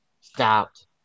stopped